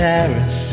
Paris